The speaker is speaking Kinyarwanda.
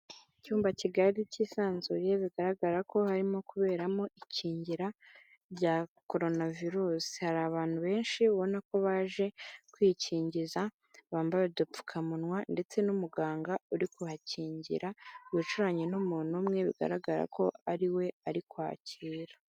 Icyumba kigari kisanzuye bigaragara ko harimo kuberamo ikingira rya Korona virusi, hari abantu benshi ubona ko baje kwikingiza, bambaye udupfukamunwa ndetse n'umuganga uri kubakingira, wicurane n'umuntu umwe bigaragara ko ariwe ari kwakira.